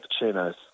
cappuccinos